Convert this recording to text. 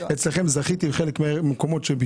אצלכם זכיתי להיות ולבקר.